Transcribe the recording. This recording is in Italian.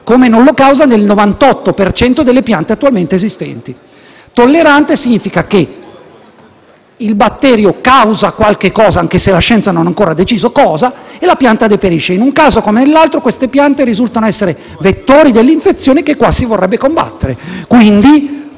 come non lo causa nel 98 per cento delle piante attualmente esistenti. Tollerante significa che il batterio causa qualche cosa - anche se la scienza non ha ancora deciso cosa - e la pianta deperisce. In un caso come nell'altro, queste piante risultano essere vettori delle infezioni che qua si vorrebbe combattere;